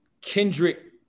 Kendrick